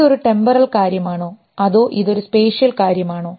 ഇത് ഒരു ടെമ്പോറൽ കാര്യമാണോ അതോ ഇത് ഒരു സ്പേഷ്യൽ കാര്യമാണോ